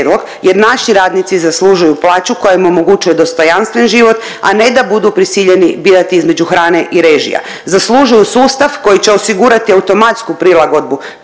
jer naši radnici zaslužuju plaću koja im omogućuje dostojanstven život, a ne da budu prisiljeni birati između hrane i režija. Zaslužuju sustav koji će osigurati automatsku prilagodbu